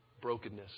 brokenness